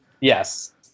Yes